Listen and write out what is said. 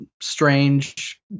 strange